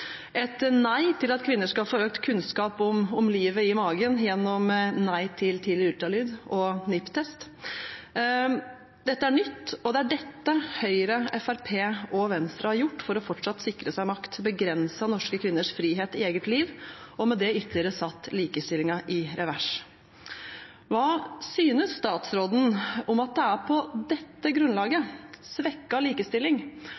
et nei til at kvinner skal få økt kunnskap om livet i magen gjennom nei til tidlig ultralyd og NIPT-testen. Dette er nytt, og det er dette Høyre, Fremskrittspartiet og Venstre har gjort for fortsatt å sikre seg makt – de har begrenset norske kvinners frihet i sitt eget liv, og med det satt likestillingen ytterligere i revers. Hva synes statsråden om at det er på dette grunnlaget, svekket likestilling,